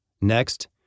Next